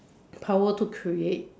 the power to create